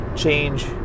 Change